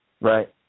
Right